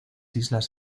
islas